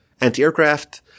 anti-aircraft